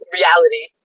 reality